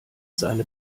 seine